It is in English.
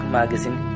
Magazine